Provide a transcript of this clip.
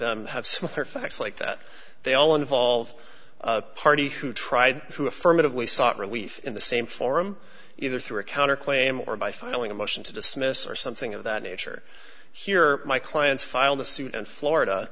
them have super facts like that they all involve a party who tried to affirmatively sought relief in the same forum either through a counter claim or by filing a motion to dismiss or something of that nature here my clients filed a suit and florida